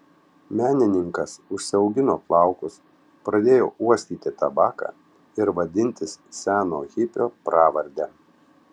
menininkas užsiaugino plaukus pradėjo uostyti tabaką ir vadintis seno hipio pravarde